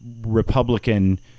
Republican